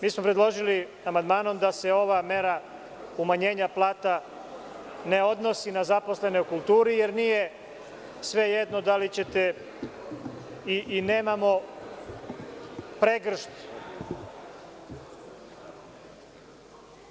Mi smo predložili amandmanom da se ova mera umanjenja plata ne odnosi na zaposlene u kulturi, jer nije svejedno da li ćete i nemamo pregršt…